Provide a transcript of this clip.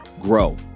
grow